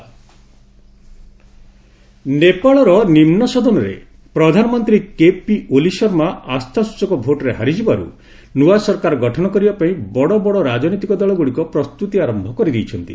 Nepal government ନେପାଳର ନିମ୍ବ ସଦନରେ ପ୍ରଧାନମନ୍ତ୍ରୀ କେପି ଓଲି ଶର୍ମା ଆସ୍ଥାସୂଚକ ଭୋଟରେ ହାରିଯିବାରୁ ନୂଆ ସରକାର ଗଠନ କରିବା ପାଇଁ ବଡ଼ବଡ଼ ରାଜନୈତିକ ଦଳଗୁଡ଼ିକ ପ୍ରସ୍ତୁତି ଆରମ୍ଭ କରିଦେଇଛନ୍ତି